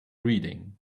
reading